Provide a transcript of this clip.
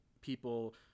people